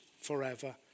forever